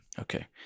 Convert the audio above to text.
Okay